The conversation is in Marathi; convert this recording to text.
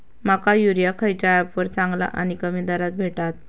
माका युरिया खयच्या ऍपवर चांगला आणि कमी दरात भेटात?